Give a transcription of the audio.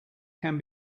can